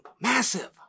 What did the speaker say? Massive